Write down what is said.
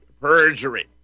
perjury